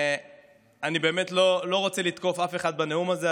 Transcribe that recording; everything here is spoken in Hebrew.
אני לא רוצה לתקוף אף אחד בנאום הזה,